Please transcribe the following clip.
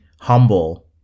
humble